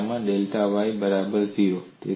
તે કિસ્સામાં delta y બરાબર 0